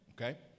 Okay